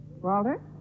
Walter